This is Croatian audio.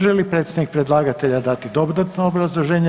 Želi li predstavnik predlagatelja dati dodatno obrazloženje?